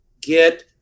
get